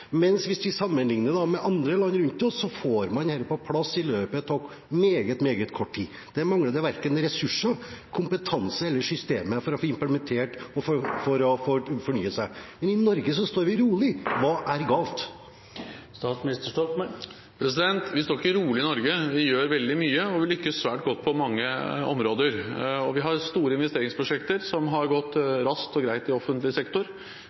Hvis vi sammenligner oss med andre land rundt oss, får de dette på plass i løpet av meget, meget kort tid. Der mangler de verken ressurser, kompetanse eller systemer for å få implementert og for å fornye seg. Men i Norge står vi rolig. Hva er galt? Vi står ikke rolig i Norge. Vi gjør veldig mye, og vi lykkes svært godt på mange områder. Vi har store investeringsprosjekter som har gått raskt og greit i offentlig sektor.